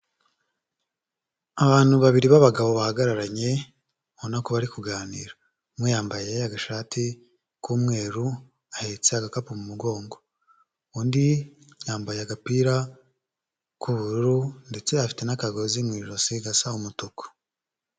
Abantu babiri b'abagabo bahagararanye ubona ko bari kuganira. Umwe yambaye agashati k'umweru ahetse agakapu mu mugongo. Undi yambaye agapira k'ubururu ndetse afite n'akagozi mu ijosi gasa umutuku.